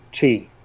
chi